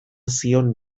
zion